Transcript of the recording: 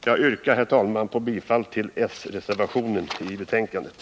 Jag yrkar, herr talman, bifall till s-reservationen i betänkandet.